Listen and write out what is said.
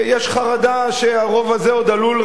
יש חרדה שהרוב הזה עוד עלול,